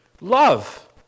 Love